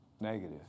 negative